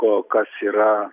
ko kas yra